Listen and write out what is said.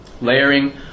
layering